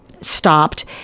stopped